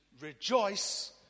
rejoice